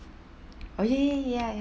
oh ya ya